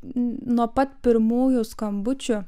nuo pat pirmųjų skambučių